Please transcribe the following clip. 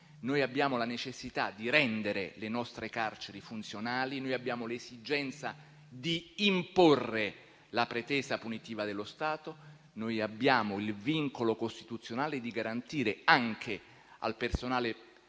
Noi abbiamo la necessità di rendere le nostre carceri funzionali; abbiamo l'esigenza di imporre la pretesa punitiva dello Stato; abbiamo il vincolo costituzionale di garantire anche al personale detenuto